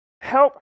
help